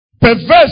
Perverse